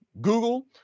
Google